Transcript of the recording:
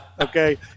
Okay